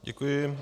Děkuji.